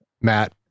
Matt